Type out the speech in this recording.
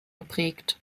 geprägt